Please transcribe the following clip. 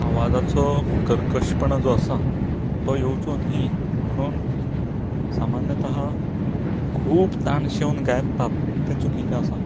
आवाजाचो कर्कशपणां जो आसा तो येवचो न्ही म्हणून सामान्यता खूब ताणशेवन गायतात ते चुकीचें आसा